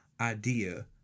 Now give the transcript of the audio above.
idea